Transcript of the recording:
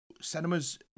cinemas